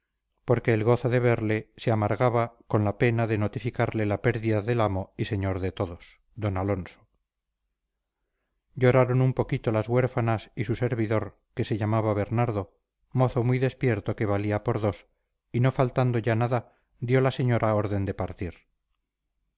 porque el gozo de verle se amargaba con la pena de notificarle la pérdida del amo y señor de todos d alonso lloraron un poquito las huérfanas y su servidor que se llamaba bernardo mozo muy despierto que valía por dos y no faltando ya nada dio la señora orden de partir